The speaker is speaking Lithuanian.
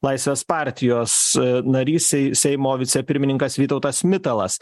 laisvės partijos narys seimo vicepirmininkas vytautas mitalas